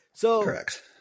Correct